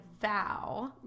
vow